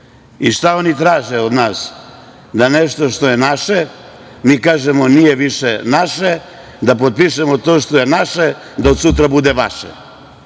I šta oni traže od nas? Da nešto što je naše kažemo nije više naše, da potpišemo to što je naše da od sutra bude vaše.